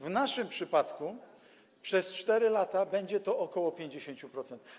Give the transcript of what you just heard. W naszym przypadku przez 4 lata będzie to ok. 50%.